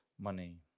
money